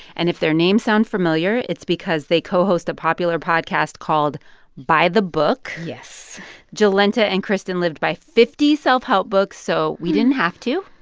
and if their names sound familiar, it's because they co-host a popular podcast called by the book. yes jolenta and kristen lived by fifty self-help books, so we didn't have to.